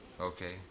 Okay